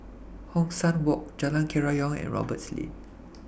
Hong San Walk Jalan Kerayong and Roberts Lane